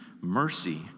mercy